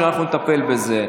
ואנחנו נטפל בזה.